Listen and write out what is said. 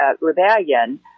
Rebellion